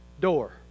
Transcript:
door